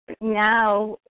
now